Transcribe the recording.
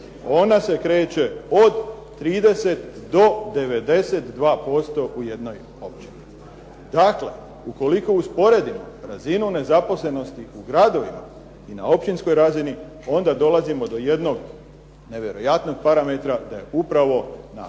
ona se kreće od 30 do 92% u jednoj općini. Dakle, ukoliko usporedimo razinu nezaposlenosti u gradovima i na općinskoj razini, onda dolazimo do jednog nevjerojatnog parametra da je upravo na